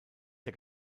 der